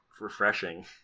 refreshing